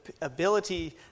ability